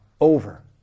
over